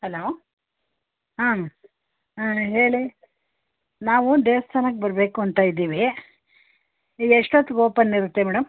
hello ಹಾಂ ಹಾಂ ಹೇಳಿ ನಾವು ದೇವ್ಸ್ಥಾನಕ್ಕೆ ಬರಬೇಕು ಅಂತ ಇದ್ದೀವಿ ನೀವು ಎಷ್ಟೋತ್ತಿಗೆ ಓಪನ್ ಇರುತ್ತೆ ಮೇಡಮ್